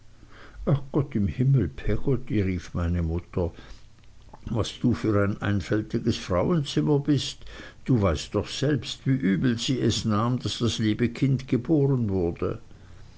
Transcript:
ach gott im himmel peggotty rief meine mutter was du für ein einfältiges frauenzimmer bist du weißt doch selbst wie übel sie es nahm daß das liebe kind geboren wurde